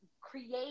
create